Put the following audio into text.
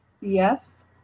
Yes